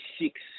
six